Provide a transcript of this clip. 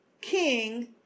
king